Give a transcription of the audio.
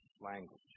language